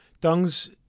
dung's